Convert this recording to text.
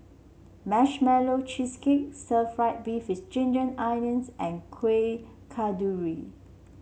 Marshmallow Cheesecake Stir Fried Beef with Ginger Onions and Kueh Kasturi